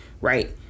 right